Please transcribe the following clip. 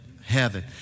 heaven